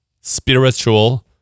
spiritual